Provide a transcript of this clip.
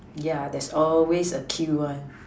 yeah there's always a queue [one]